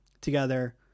together